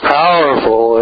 powerful